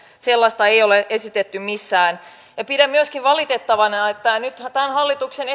sellaista ei ole esitetty missään pidän myöskin valitettavana että nythän tämän hallituksen